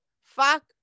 Fuck